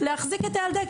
להחזיק את הילדה,